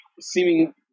seeming